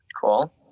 cool